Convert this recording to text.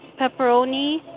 Pepperoni